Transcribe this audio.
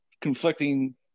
conflicting